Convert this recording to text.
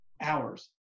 hours